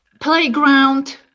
playground